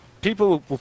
people